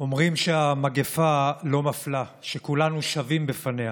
אומרים שהמגפה לא מפלה, שכולנו שווים בפניה,